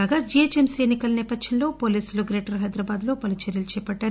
కాగా GHMC ఎన్ని కల నేపథ్యంలో పోలీసులు గ్రేటర్ హైదరాబాద్ లో పలు చర్యలు చేపడుతున్నారు